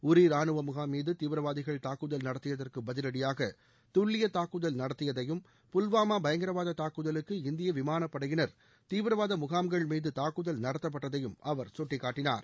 Yuri ராணுவ முகாம் மீது தீவிரவாதிகள் தாக்குதல் நடத்தியதற்கு பதிவடியாக துல்லிய தாக்குதல் நடத்தியதையும் புல்வாமா பயங்கரவாத தங்குதலுக்கு இந்திய விமானப் படையினர் தீவிரவாத முகாம்கள் மீது தாக்குதல் நடத்தப்பட்டதையும் அவர் சுட்டிகாட்டினார்